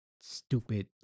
Stupid